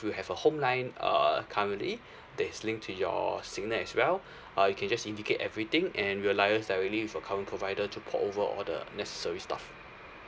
you have a home line err currently that's linked to your signal as well uh you can just indicate everything and we'll liaise directly with your current provider to port over all the necessary stuff